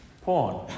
Porn